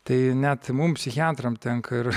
tai net mums psichiatram tenka ir